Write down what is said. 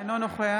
אינו נוכח